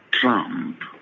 trump